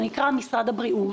משרד הבריאות,